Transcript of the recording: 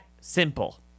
simple